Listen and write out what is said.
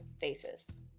faces